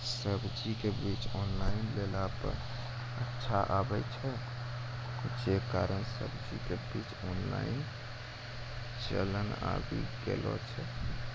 सब्जी के बीज ऑनलाइन लेला पे अच्छा आवे छै, जे कारण सब्जी के बीज ऑनलाइन चलन आवी गेलौ छै?